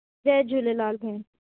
जय झूलेलाल भेण